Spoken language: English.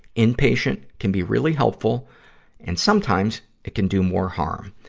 in-patient can be really helpful and sometimes it can do more harm.